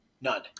None